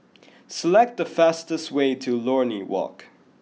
select the fastest way to Lornie Walk